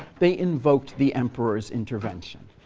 they invoked the emperor's intervention.